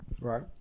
Right